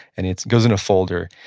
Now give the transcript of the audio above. and it goes in a folder.